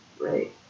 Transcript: right